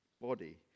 body